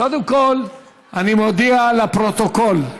קודם כול אני מודיע לפרוטוקול: